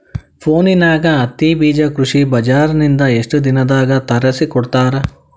ಫೋನ್ಯಾಗ ಹತ್ತಿ ಬೀಜಾ ಕೃಷಿ ಬಜಾರ ನಿಂದ ಎಷ್ಟ ದಿನದಾಗ ತರಸಿಕೋಡತಾರ?